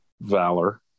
Valor